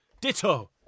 Ditto